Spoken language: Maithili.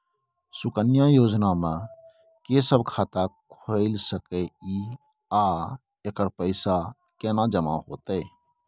सुकन्या योजना म के सब खाता खोइल सके इ आ एकर पैसा केना जमा होतै?